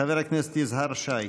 חבר הכנסת יזהר שי.